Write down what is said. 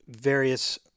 various –